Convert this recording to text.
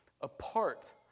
apart